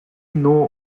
know